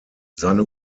seine